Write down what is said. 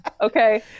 okay